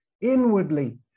inwardly